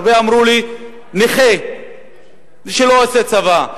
הרבה אמרו לי: נכה שלא עושה צבא.